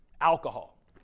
Alcohol